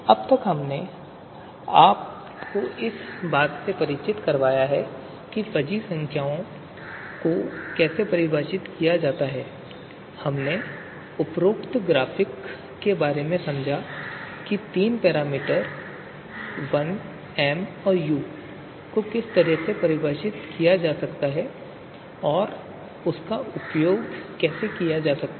अब तक हमने अपने आप को इस बात से परिचित कर लिया है कि फजी संख्याओं को कैसे परिभाषित किया जाता है हमने उपरोक्त ग्राफिक के बारे में भी समझा कि तीन पैरामीटर l m u को कैसे परिभाषित किया जाता है और उनका उपयोग कैसे किया जा रहा है